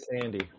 Sandy